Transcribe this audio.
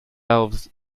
elves